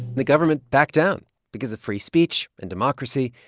the government backed down because of free speech and democracy.